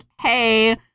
hey